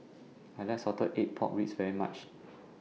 I like Salted Egg Pork Ribs very much